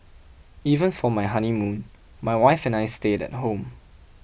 even for my honeymoon my wife and I stayed at home